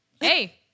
hey